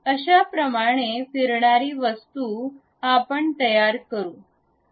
अशाप्रकारे फिरणारी वस्तू आपण तयार करू